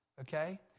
Okay